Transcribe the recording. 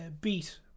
beat